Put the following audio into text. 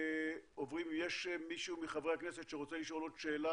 יש מישהו מחברי הכנסת שרוצה לשאול עוד שאלה